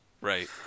right